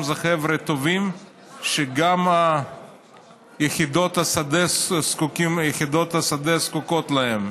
חבר'ה טובים שגם יחידות השדה זקוקות להם.